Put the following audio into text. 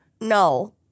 No